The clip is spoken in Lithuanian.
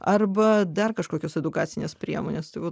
arba dar kažkokios edukacinės priemonės tai vat